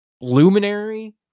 Luminary